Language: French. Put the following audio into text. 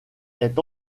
est